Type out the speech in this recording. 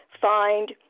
find